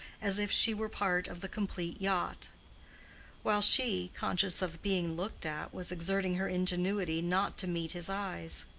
as if she were part of the complete yacht while she, conscious of being looked at was exerting her ingenuity not to meet his eyes.